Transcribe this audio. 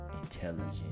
intelligent